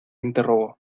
interrogó